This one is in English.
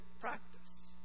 practice